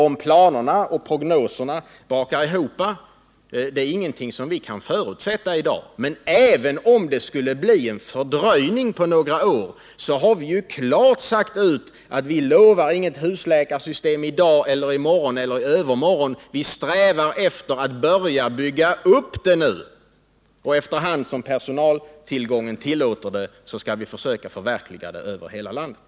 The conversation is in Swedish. Om planerna och prognoserna brakar ihop är ingenting som vi kan förutsätta i dag, men även om det skulle bli en fördröjning på några år, har vi klart sagt ut att vi inte utlovar något husläkarsystem till i dag eller till i morgon eller i övermorgon men att vi strävar efter att börja bygga upp det nu, och efter hand som personaltillgången tillåter skall vi försöka förverkliga det över hela landet.